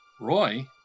Roy